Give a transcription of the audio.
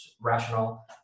rational